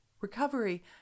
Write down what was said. Recovery